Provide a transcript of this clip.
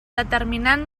determinant